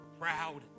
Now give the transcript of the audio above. proud